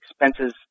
expenses